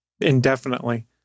indefinitely